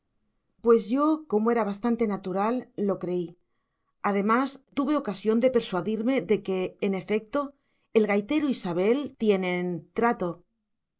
pues yo como era bastante natural lo creí además tuve ocasión de persuadirme de que en efecto el gaitero y sabel tienen trato